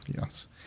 Yes